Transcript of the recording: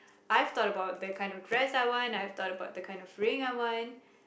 I've thought about the kind of dress I want I've thought about the kind of ring I want